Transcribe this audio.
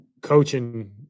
coaching